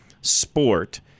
sport